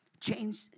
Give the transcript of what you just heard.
change